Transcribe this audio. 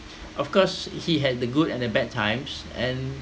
of course he had the good and bad times and